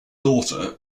daughter